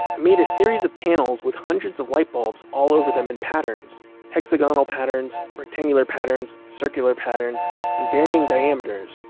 i made a series of panels with hundreds of light bulbs all over them in patterns hexagonal patterns, rectangular patterns, circular patterns in varying diameters.